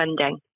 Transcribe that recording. funding